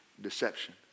deception